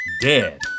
dead